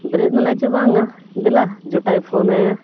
ᱵᱮᱨᱮᱫ ᱮᱱᱟᱭ ᱥᱮ ᱵᱟᱝᱟ ᱫᱮᱞᱟ ᱡᱚᱴᱟᱭ ᱯᱷᱳᱱ ᱟᱭᱟ